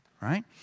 right